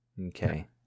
Okay